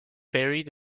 buried